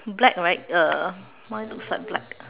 black right uh mine looks like black